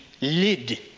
lid